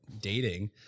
dating